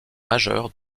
majeur